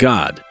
God